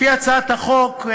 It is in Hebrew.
לפי הצעת החוק,